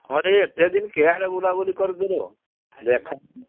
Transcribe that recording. ହଁ ରେ ଏତେ ଦିନ୍ କେଉଁଆଡ଼େ ବୁଲାବୁଲି କରୁଥୁଲ୍ ଦେଖା ନାହିଁ